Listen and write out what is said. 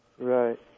Right